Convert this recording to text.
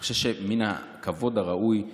אני חושב שמן הכבוד הראוי,